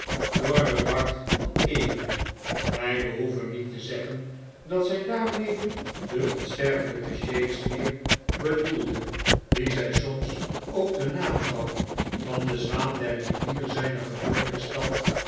door den bard van avon wy behoeven niet te zeggen dat zij daarmede den onsterfelpen shakespeare bedoelde wien zy somtyds ook den naam gaf van dezwaan der rivier zijner geboortestad